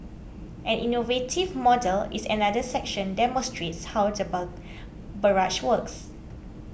an innovative model is another section demonstrates how barrage works